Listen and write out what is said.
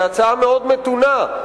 מאוד מתונה.